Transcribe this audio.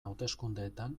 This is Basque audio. hauteskundeetan